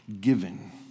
Giving